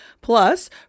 plus